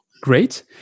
Great